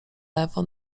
lewo